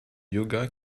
yoga